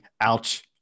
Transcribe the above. ouch